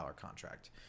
contract